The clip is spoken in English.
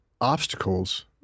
obstacles